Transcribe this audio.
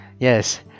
Yes